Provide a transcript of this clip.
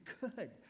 good